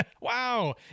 Wow